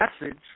message